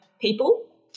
people